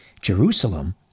Jerusalem